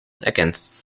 against